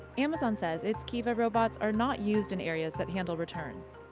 amazon says its kiva robots are not used in areas that handle returns.